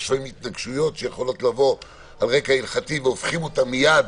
יש לפעמים התנגשויות שיכולות לבוא על רקע הלכתי והופכים אותן מייד